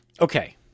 Okay